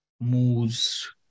moves